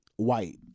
white